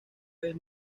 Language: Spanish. vez